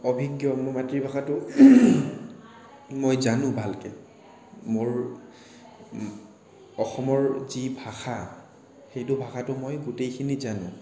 অভিজ্ঞ মোৰ মাতৃভাষাটো মই জানো ভালকে মোৰ অসমৰ যি ভাষা সেইটো ভাষাটো মই গোটেইখিনি জানো